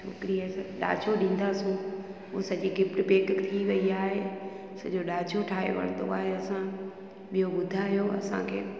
छोकिरीअ खे डांजो ॾींदासीं उ सॼी गिफ्ट पेकड थी वई आहे सॼो डांजो ठाहे वरितो आहे असां ॿियो ॿुधायो असांखे